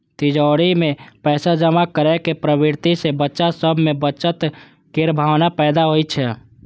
तिजौरी मे पैसा जमा करै के प्रवृत्ति सं बच्चा सभ मे बचत केर भावना पैदा होइ छै